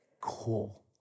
Cool